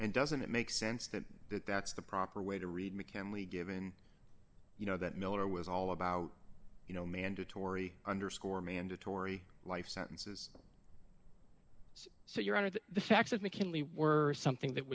and doesn't it make sense that that that's the proper way to read mechanically given you know that miller was all about you know mandatory underscore mandatory life sentences so you're out of the fact that mckinley were something that